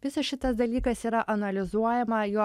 visas šitas dalykas yra analizuojama jo